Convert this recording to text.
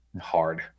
hard